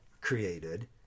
created